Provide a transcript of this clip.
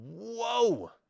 Whoa